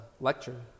lecture